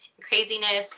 craziness